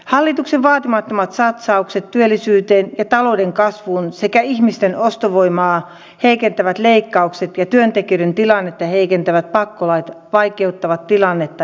hallituksen vaatimattomat satsaukset työllisyyteen ja talouden kasvuun sekä ihmisten ostovoimaa heikentävät leikkaukset ja työtekijöiden tilannetta heikentävät pakkolait vaikeuttavat tilannetta entisestään